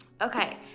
Okay